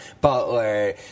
Butler